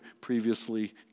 previously